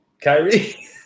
Kyrie